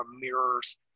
mirrors